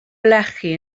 lechi